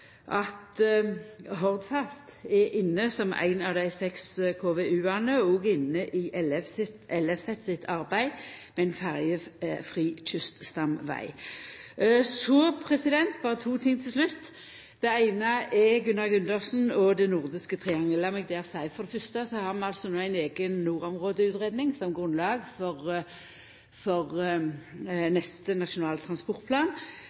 at Hordfast er inne som ein av dei seks KVU-ane, og òg i Ellevset sitt arbeid med ein ferjefri kyststamveg. Berre to ting til slutt. Det eine er til Gunnar Gundersen, og det gjeld det nordiske triangelet. Lat meg seia: For det fyrste har vi altså no ei eiga nordområdeutgreiing som grunnlag for neste Nasjonal transportplan.